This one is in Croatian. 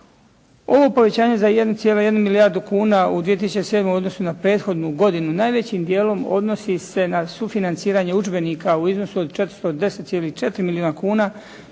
Ovo povećanje za 1,1 milijardu kuna u 2007. u odnosu na prethodnu godinu najvećim dijelom odnosi se na sufinanciranje udžbenika u iznosu od 410,4 milijuna kuna